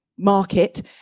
market